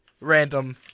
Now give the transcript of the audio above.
Random